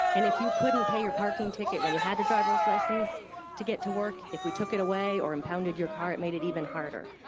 and if you couldn't pay your parking ticket when you had a driver's license to get to work, if we took it away or impounded your car it made it even harder.